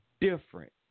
different